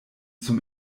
zum